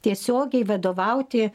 tiesiogiai vadovauti